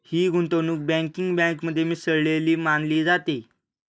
ही गुंतवणूक बँकिंग बँकेमध्ये मिसळलेली मानली जाते